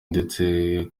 ndetse